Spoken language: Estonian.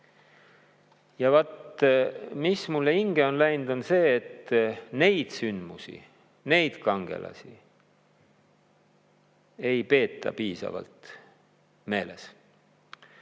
Ja mis mulle hinge on läinud, on see, et neid sündmusi ja neid kangelasi ei peeta piisavalt meeles.